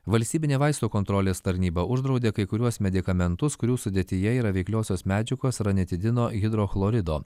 valstybinė vaistų kontrolės tarnyba uždraudė kai kuriuos medikamentus kurių sudėtyje yra veikliosios medžiagos ranitidino hidrochlorido